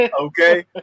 Okay